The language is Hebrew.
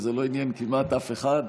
וזה לא עניין כמעט אף אחד.